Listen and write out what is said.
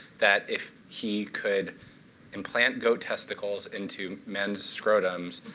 that if he could implant goat testicles into men's scrotums,